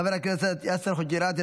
חבר הכנסת יאסר חוג'יראת,